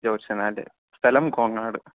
ജ്യോത്സനല്ലേ സ്ഥലം കോങ്ങാട്